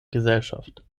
gesellschaft